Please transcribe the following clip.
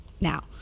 now